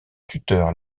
tuteur